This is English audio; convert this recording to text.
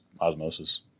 osmosis